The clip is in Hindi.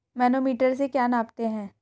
मैनोमीटर से क्या नापते हैं?